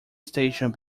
station